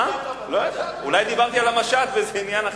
לא יודע, אולי דיברתי על המשט באיזה עניין אחר.